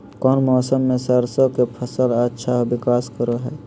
कौन मौसम मैं सरसों के फसल अच्छा विकास करो हय?